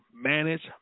manage